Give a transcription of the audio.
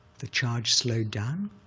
the charge slowed down.